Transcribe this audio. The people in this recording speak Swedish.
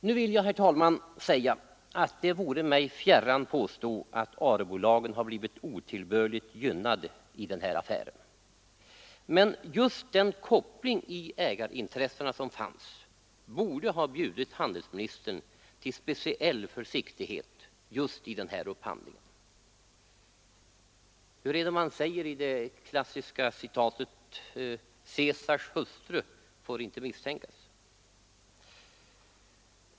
Det vore mig fjärran, herr talman, att påstå att ARE-bolagen blivit otillbörligt gynnade i den här affären, men just den koppling i ägarintressena som fanns borde ha bjudit handelsministern att iaktta speciell försiktighet just i den här upphandlingen. Det heter i det klassiska citatet: Caesars hustru får inte ens misstänkas.